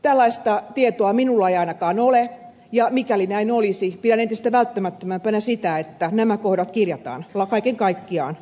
tällaista tietoa minulla ei ainakaan ole ja mikäli näin olisi pidän entistä välttämättömämpänä sitä että nämä kohdat kirjataan kaiken kaikkiaan lakiin